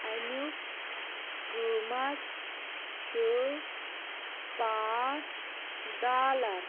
امیٛک قۭمت چُھ پانٛژھ ڈالر